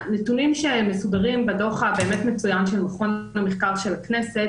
הנתונים שמסודרים בדוח הבאמת מצוין של מכון המחקר של הכנסת,